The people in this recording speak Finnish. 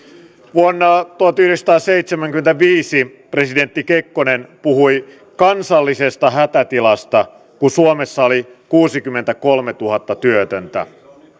vuonna tuhatyhdeksänsataaseitsemänkymmentäviisi presidentti kekkonen puhui kansallisesta hätätilasta kun suomessa oli kuusikymmentäkolmetuhatta työtöntä